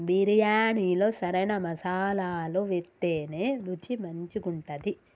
బిర్యాణిలో సరైన మసాలాలు వేత్తేనే రుచి మంచిగుంటది